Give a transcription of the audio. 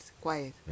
quiet